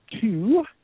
two